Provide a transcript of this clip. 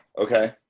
okay